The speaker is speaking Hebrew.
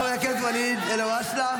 חבר הכנסת ואליד אלהואשלה.